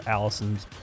Allison's